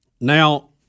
Now